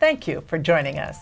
thank you for joining us